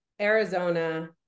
Arizona